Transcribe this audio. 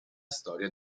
storia